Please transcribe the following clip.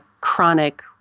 chronic